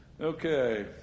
Okay